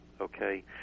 okay